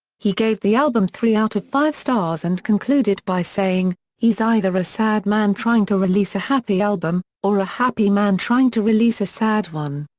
he gave the album three out of five stars and concluded by saying he's either a sad man trying to release a happy album, or a happy man trying to release a sad one.